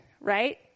right